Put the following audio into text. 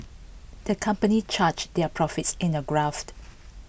the company charge their profits in A graft